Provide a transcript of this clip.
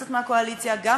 אני מבקשת מהמחשוב לבדוק מה